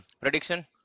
prediction